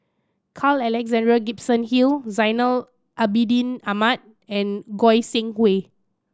Carl Alexander Gibson Hill Zainal Abidin Ahmad and Goi Seng Hui